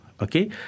okay